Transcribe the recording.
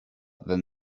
than